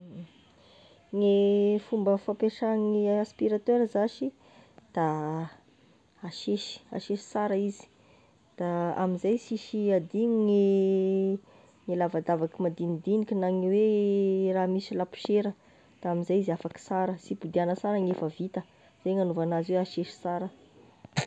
Gne fomba fampiasa gn'aspirateur zashy, da asesy asesy sara izy, da amin'izay sisy adigno gne gne lavadavaky madinidiniky na gne hoe raha misy laposiera de amin'izay izy afaky sara, sy hipodiagna sogny gn'efa vita, zay no anaovagna azy hoe asesy sara.